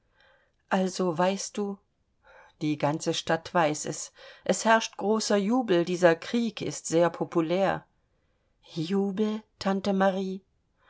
also weißt du die ganze stadt weiß es es herrscht großer jubel dieser krieg ist sehr populär jubel tante marie